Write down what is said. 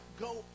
go